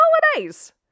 holidays